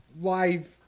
live